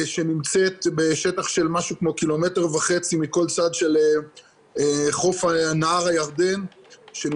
שנמצאת בשטח של משהו כמו 1.5 קילומטר מכל צד של נהר הירדן שנמצא,